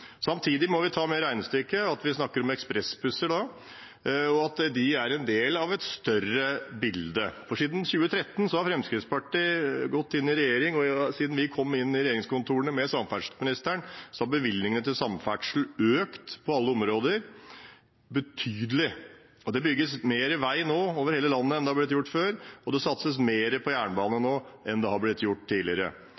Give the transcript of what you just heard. Samtidig må vi ta med i regnestykket at vi snakker om ekspressbusser, og at de er en del av et større bilde. Fremskrittspartiet gikk inn i regjering i 2013, og siden vi kom inn i regjeringskontorene med samferdselsministeren, har bevilgningene til samferdsel økt betydelig på alle områder. Det bygges mer vei nå over hele landet enn det har blitt gjort før, og det satses mer på jernbane